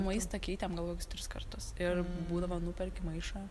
maistą keitėm gal kokius tris kartus ir būdavo nuperki maišą